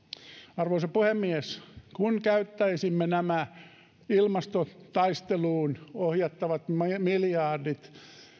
arvoisa puhemies kun käyttäisimme nämä ilmastotaisteluun ohjattavat miljardit